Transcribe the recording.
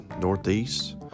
northeast